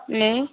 നേ